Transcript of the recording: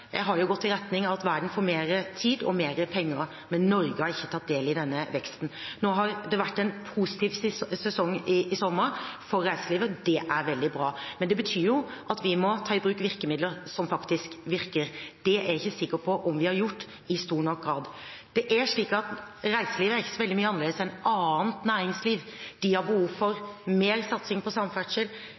gått i retning av at verden får mer tid og mer penger, men Norge har ikke tatt del i denne veksten. Nå har det vært en positiv sesong i sommer for reiselivet – det er veldig bra, men det betyr at vi må ta i bruk virkemidler som faktisk virker. Det er jeg ikke sikker på om vi har gjort i stor nok grad. Reiselivet er ikke så veldig mye annerledes enn annet næringsliv. Det har behov for mer satsing på samferdsel,